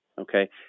Okay